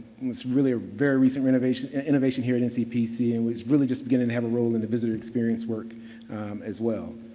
was really a very recent innovation innovation here at ncpc. and was really just beginning to have a role in the visitor experience work as well.